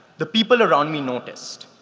the people around me noticed.